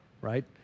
right